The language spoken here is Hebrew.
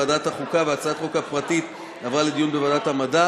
חזיר באומן שבאוקראינה מוועדת החוץ והביטחון לוועדת העלייה,